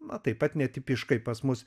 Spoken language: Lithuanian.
na taip pat netipiškai pas mus